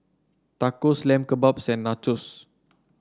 Tacos Lamb Kebabs and Nachos